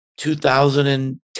2010